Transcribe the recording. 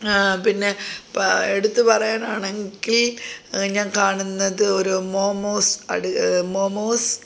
പിന്നെ പാ എടുത്തു പറയാനാണെങ്കിൽ ഞാ കാണുന്നത് ഒരു മോമോസ് അഡ് മോമോസ്